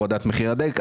הורדת מחירי הדלק,